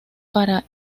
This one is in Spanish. para